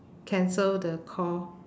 cancel the call